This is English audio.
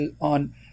on